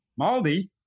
Maldi